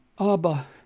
Abba